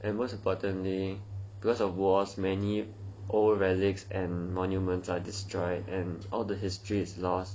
and most importantly because of wars many old relics and monuments are destroyed and all the history is lost